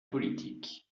politique